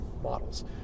models